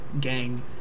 gang